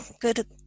good